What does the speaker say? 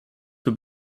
für